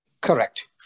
Correct